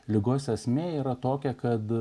ligos esmė yra tokia kad